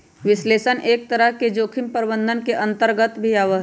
विश्लेषण एक तरह से जोखिम प्रबंधन के अन्तर्गत भी आवा हई